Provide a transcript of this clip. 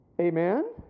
Amen